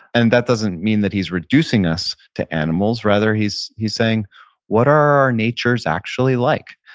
and that doesn't mean that he's reducing us to animals. rather, he's he's saying what are our natures actually like,